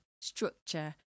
structure